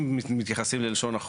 אם מתייחסים ללשון החוק,